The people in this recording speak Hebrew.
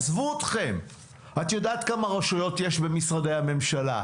עזבו אתכם, את יודעת כמה רשויות יש במשרדי הממשלה,